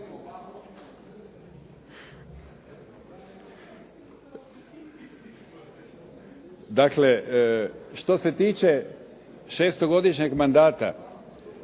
što se tiče šestogodišnjeg mandata